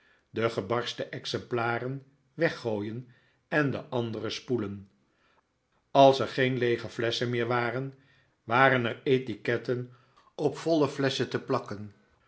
de gebarsten exemplaren weggooien en de andere spoelen als er geen leege flesschen meer waren waren er etiquettes op voile flesschen te plakken